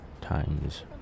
Times